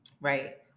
Right